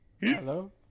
Hello